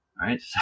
right